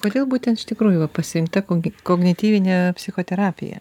kodėl būtent iš tikrųjų va pasirinkta kog kognityvinė psichoterapija